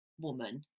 woman